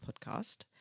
podcast